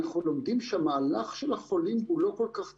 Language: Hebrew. אנחנו לומדים שהמהלך של החולים הוא לא כל כך צפוי.